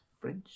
French